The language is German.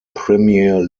premier